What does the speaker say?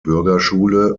bürgerschule